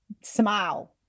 Smile